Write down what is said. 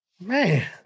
Man